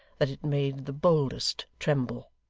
that it made the boldest tremble.